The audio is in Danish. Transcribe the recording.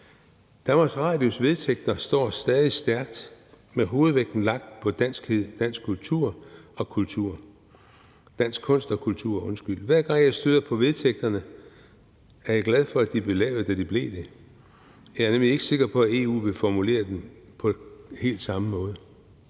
DR's vedtægter står stadig stærkt med hovedvægten lagt på danskhed, dansk kunst og kultur. Hver gang jeg støder på vedtægterne, er jeg glad for, at de blev lavet, da de blev det. Jeg er nemlig ikke sikker på, at EU vil formulere dem på helt samme måde.